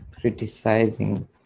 criticizing